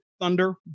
thunder